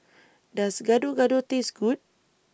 Does Gado Gado Taste Good